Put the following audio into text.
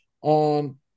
on